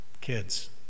Kids